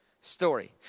story